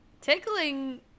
Tickling